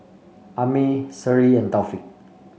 Ammir Seri and Taufik